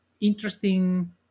interesting